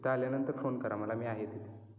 तिथं आल्यानंतर फोन करा मला मी आहे इथंच